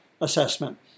assessment